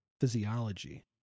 physiology